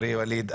למכתב,